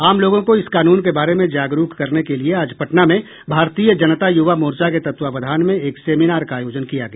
आम लोगों को इस कानून के बारे में जागरूक करने के लिए आज पटना में भारतीय जनता युवा मोर्चा के तत्वावधान में एक सेमिनार का आयोजन किया गया